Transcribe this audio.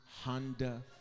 Honda